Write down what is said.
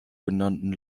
genannten